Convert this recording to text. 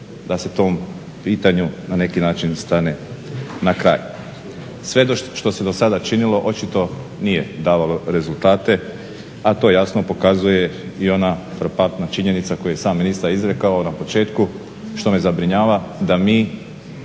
da se tom pitanju na neki način stane na kraj. Sve što se dosada činilo očito nije davalo rezultate, a to jasno pokazuje i ona frapantna činjenica koju je i sam ministar izrekao na početku što me zabrinjava da mi